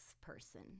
person